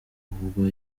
ubwo